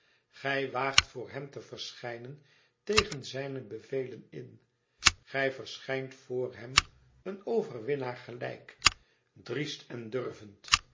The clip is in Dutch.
gij waagt voor hem te verschijnen tegen zijne bevelen in gij verschijnt voor hem een overwinnaar gelijk driest en durvend